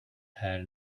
her